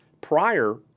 Prior